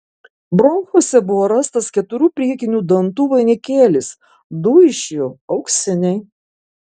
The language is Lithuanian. bronchuose buvo rastas keturių priekinių dantų vainikėlis du iš jų auksiniai